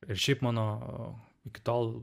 ir šiaip mano iki tol